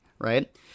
right